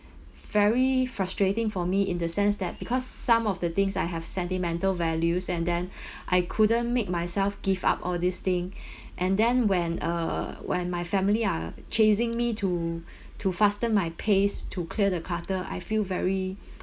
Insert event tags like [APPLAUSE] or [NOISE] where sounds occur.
very frustrating for me in the sense that because some of the things I have sentimental values and then [BREATH] I couldn't make myself give up all this thing [BREATH] and then when uh when my family are chasing me to [BREATH] to fasten my pace to clear the clutter I feel very [BREATH]